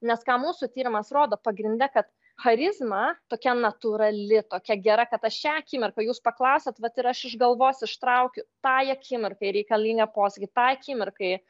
nes ką mūsų tyrimas rodo pagrinde kad charizma tokia natūrali tokia gera kad aš šią akimirką jūs paklausiat vat ir aš iš galvos ištraukiu tai akimirkai reikalingą posūkį tai akimirkai